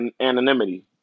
anonymity